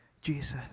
Jesus